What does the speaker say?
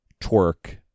twerk